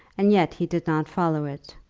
and yet he did not follow it.